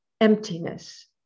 emptiness